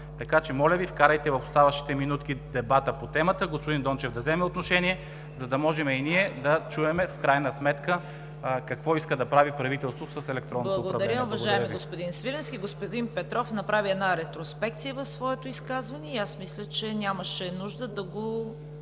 дебат. Моля Ви, вкарайте в оставащите минутки дебата по темата. Господин Дончев да вземе отношение, за да можем и ние да чуем, в крайна сметка, какво иска да прави правителството с електронното управление. Благодаря Ви. ПРЕДСЕДАТЕЛ ЦВЕТА КАРАЯНЧЕВА: Благодаря Ви, уважаеми господин Свиленски. Господин Петров направи една ретроспекция в своето изказване и аз мисля, че нямаше нужда да го